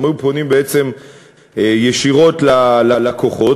הם היו פונים בעצם ישירות ללקוחות,